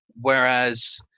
whereas